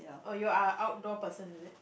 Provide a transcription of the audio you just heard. oh you are outdoor person is it